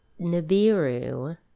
Nibiru